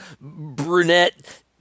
brunette